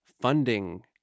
funding